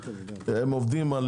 הם עובדים על